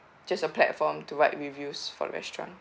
just a platform to write reviews for the restaurant